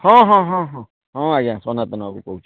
ହଁ ହଁ ହଁ ହଁ ହଁ ଆଜ୍ଞା ସନାତନ ବାବୁ କହୁଛି